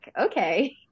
okay